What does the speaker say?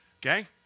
okay